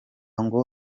ngo